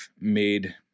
made